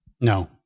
No